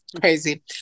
Crazy